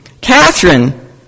Catherine